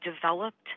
developed